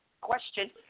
Question